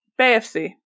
BFC